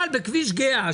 בכביש גהה,